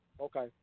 Okay